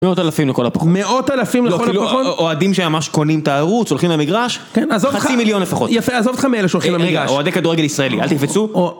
מאות אלפים לכל הפחות מאות אלפים לכל הפחות אוהדים שממש קונים את הערוץ, הולכים למגרש חצי מיליון לפחות יפה, עזוב אותך מאלה שהולכים למגרש, אוהדי כדורגל ישראלי, אל תקפצו